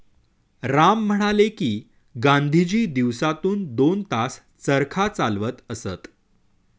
राम म्हणाले की, गांधीजी दिवसातून दोन तास चरखा चालवत असत